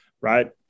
right